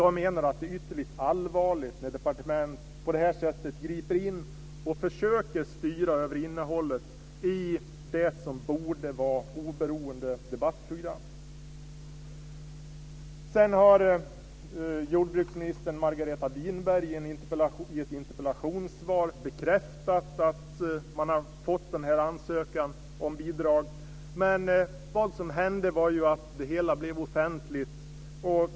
Jag menar att det är ytterligt allvarligt när departement på det här sättet griper in och försöker styra över innehållet i det som borde vara oberoende debattprogram. Jordbruksminister Margareta Winberg har i ett interpellationssvar bekräftat att man har fått ansökan om bidrag. Vad som hände var att det hela blev offentligt.